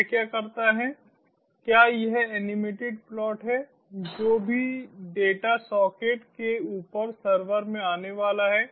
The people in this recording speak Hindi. यह क्या करता है क्या यह एनिमेटेड प्लॉट है जो भी डेटा सॉकेट के ऊपर सर्वर में आने वाला है